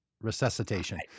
resuscitation